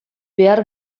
behar